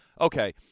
Okay